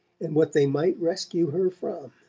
and what they might rescue her from